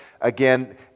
again